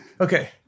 Okay